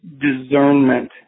discernment